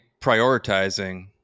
prioritizing